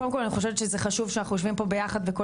קודם כל אני חושבת שזה שחשוב שאנחנו יושבים פה ביחד וכל